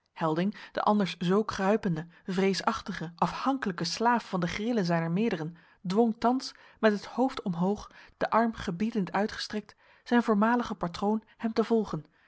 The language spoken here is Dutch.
helding de anders zoo kruipende vreesachtige afhankelijke slaaf van de grillen zijner meerderen dwong thans met het hoofd omhoog den arm gebiedend uitgestrekt zijn voormaligen patroon hem te volgen